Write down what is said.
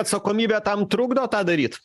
atsakomybė tam trukdo tą daryt